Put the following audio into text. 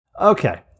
okay